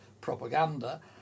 propaganda